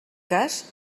cas